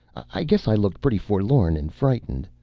i guess i looked pretty forlorn and frightened.